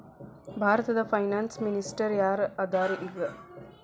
ಭಾರತದ finance minister ಯಾರ್ ಅದರ ಈಗ?